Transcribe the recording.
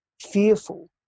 fearful